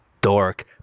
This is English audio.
dork